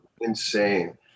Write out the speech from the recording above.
insane